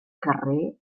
carrer